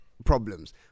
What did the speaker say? Problems